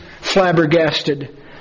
flabbergasted